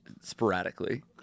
sporadically